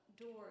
doors